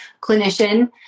clinician